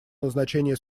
назначение